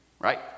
right